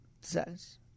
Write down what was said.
says